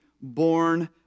born